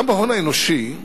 גם ההון האנושי,